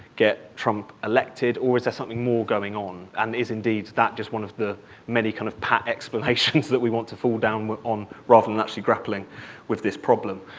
get trump elected, or is there something more going on, and is, indeed, that just one of the many kind of pat explanations that we want to fall down on rather than actually grappling with this problem.